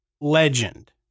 legend